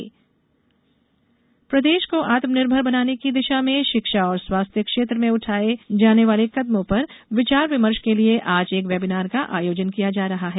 webinar प्रदेश को आत्मनिर्भर बनाने की दिशा में शिक्षा और स्वास्थ्य क्षेत्र में उठाए जाने वाले कदमों पर विचार विमर्श के लिये आज एक वेबनार का आयोजन किया जा रहा है